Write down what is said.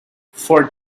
for